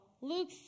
Luke